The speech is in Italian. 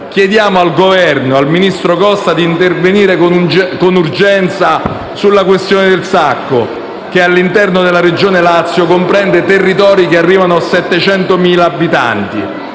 Chiediamo al Governo e al ministro Costa di intervenire con urgenza sulla questione del Sacco che, all'interno della regione Lazio, comprende territori che arrivano a 700.000 abitanti.